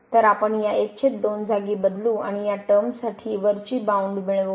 तर आपण या 12 जागी बदलू आणि या टर्मसाठी वरची बाउंड मिळवू